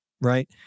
right